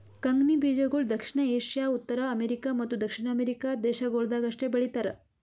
ಕಂಗ್ನಿ ಬೀಜಗೊಳ್ ದಕ್ಷಿಣ ಏಷ್ಯಾ, ಉತ್ತರ ಅಮೇರಿಕ ಮತ್ತ ದಕ್ಷಿಣ ಅಮೆರಿಕ ದೇಶಗೊಳ್ದಾಗ್ ಅಷ್ಟೆ ಬೆಳೀತಾರ